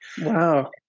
Wow